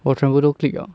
我全部都 click 了